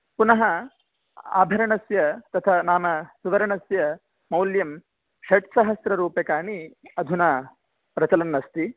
पुनः आभरणस्य तथा नाम सुवर्णस्य मौल्यं षड्सहस्र रूप्यकाणि अधुना प्रचलन् अस्ति